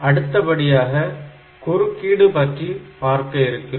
அடுத்தபடியாக குறுக்கீடு பற்றி பார்க்க இருக்கிறோம்